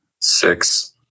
six